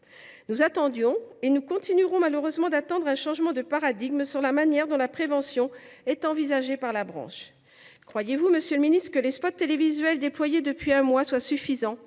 Nous attendions – et nous continuerons malheureusement d’attendre… – un changement de paradigme sur la manière dont la prévention est envisagée par la branche. Croyez vous, monsieur le ministre, que les spots télévisuels déployés depuis un mois soient suffisants,